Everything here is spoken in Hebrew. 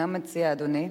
מה מציע אדוני?